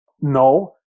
No